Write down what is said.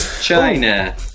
China